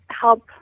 help